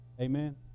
Amen